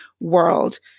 world